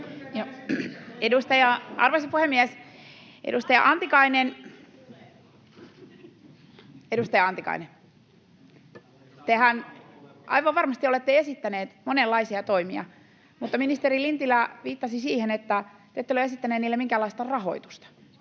Arvoisa puhemies! Edustaja Antikainen, tehän aivan varmasti olette esittäneet monenlaisia toimia, mutta ministeri Lintilä viittasi siihen, että te ette ole esittäneet niille minkäänlaista rahoitusta,